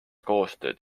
koostööd